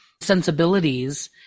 sensibilities